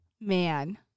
man